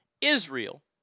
Israel